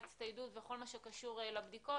ההצטיידות וכול מה שקשור לבדיקות,